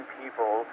people